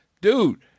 dude